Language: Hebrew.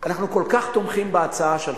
אנחנו כל כך תומכים בהצעה שלך.